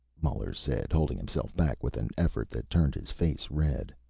muller said, holding himself back with an effort that turned his face red,